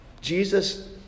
Jesus